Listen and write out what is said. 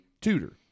tutor